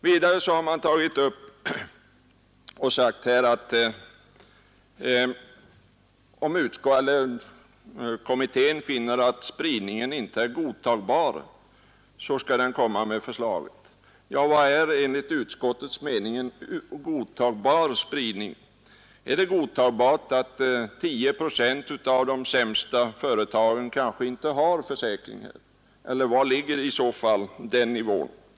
Vidare har man alltså sagt att om kommittén finner att spridningen inte är godtagbar, skall den komma med förslag. Vad är enligt utskottets mening en godtagbar spridning? Är det godtagbart att 10 procent av de sämsta företagen kanske inte har försäkringar?